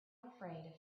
afraid